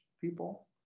people